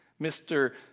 Mr